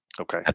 Okay